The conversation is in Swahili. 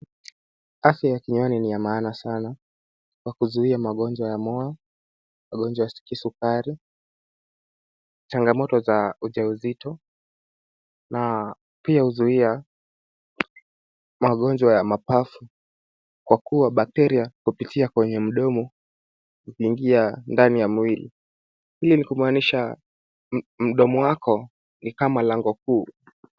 Afya ya kinywani ni ya maana sana. Kwa kuzuia magonjwa ya moyo ,magonjwa ya kisukari, changamoto za ujauzito na pia huzuia magonjwa ya mapafu .Kwa kuwa bakteria hupitia kwenye mdomo kuingia ndani ya mwili. Hii ni kumaanisha mdomo wako ni kama lango kuu.